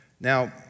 Now